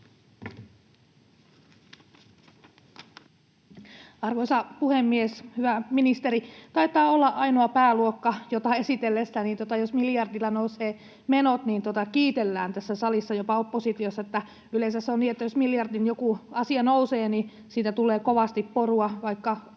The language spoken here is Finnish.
Arvoisa puhemies, hyvä ministeri! Taitaa olla ainoa pääluokka, jota esitellessä kiitellään tässä salissa jopa oppositiossa, jos miljardilla nousevat menot. Yleensä se on niin, että jos miljardin joku asia nousee, niin siitä tulee kovasti porua, vaikka